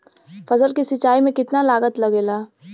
फसल की सिंचाई में कितना लागत लागेला?